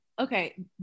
okay